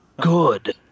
good